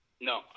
No